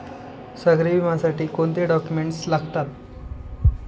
सागरी विम्यासाठी कोणते डॉक्युमेंट्स लागतात?